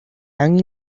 han